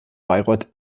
bayreuth